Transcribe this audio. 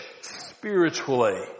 spiritually